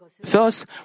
Thus